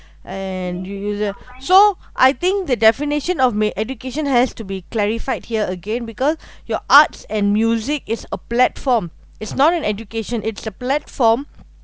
and you uses so I think the definition of may education has to be clarified here again because your arts and music is a platform is not an education it's a platform